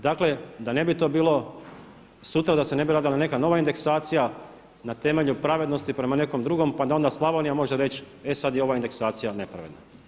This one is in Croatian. Dakle, da ne bi to bilo sutra da se ne bi radila neka nova indeksacija, na temelju pravednosti prema nekom drugom pa da onda Slavonija može reći e sad je ova indeksacija nepravedna.